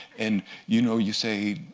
and you know you say,